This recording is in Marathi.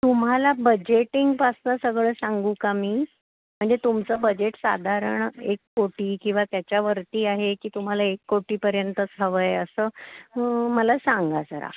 तुम्हाला बजेटिंगपासून सगळं सांगू का मी म्हणजे तुमचं बजेट साधारण एक कोटी किंवा त्याच्यावरती आहे की तुम्हाला एक कोटीपर्यंतच हवं आहे असं मला सांगा जरा